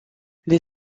les